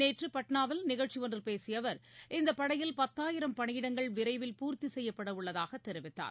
நேற்றுபாட்னாவில் நிகழ்ச்சிஒன்றில் பேசியஅவர் இந்தப் படையில் பத்தாயிரம் பணியிடங்கள் விரைவில் பூர்த்திசெய்யப்படஉள்ளதாகத் தெரிவித்தார்